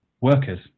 workers